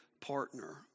partner